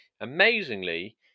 Amazingly